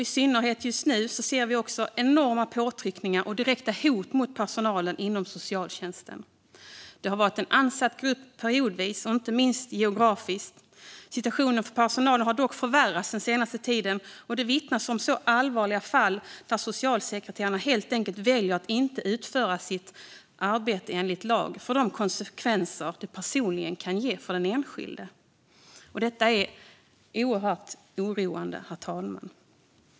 I synnerhet just nu ser vi enorma påtryckningar och direkta hot mot personalen inom socialtjänsten. Detta har periodvis varit en ansatt grupp, inte minst geografiskt. Situationen för personalen har dock förvärrats den senaste tiden, och det vittnas om så allvarliga fall att socialsekreterare helt enkelt väljer att inte utföra sitt arbete enligt lag på grund av de konsekvenser som det personligen kan ge för den enskilde. Detta är oerhört oroande, herr talman.